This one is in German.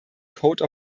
code